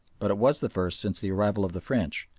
but it was the first since the arrival of the french,